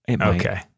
Okay